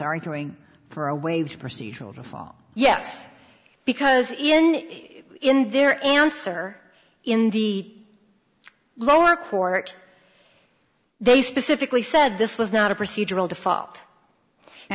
arguing for a way to procedural the fall yes because even in their answer in the lower court they specifically said this was not a procedural default and